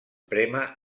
prémer